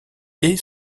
est